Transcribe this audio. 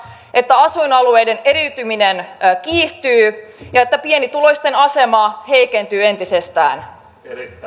että asuinalueiden eriytyminen kiihtyy ja että pienituloisten asema heikentyy entisestään